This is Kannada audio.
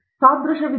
ಸಾದೃಶ್ಯ ವಿಧಾನ